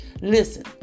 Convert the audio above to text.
Listen